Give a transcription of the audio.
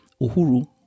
Uhuru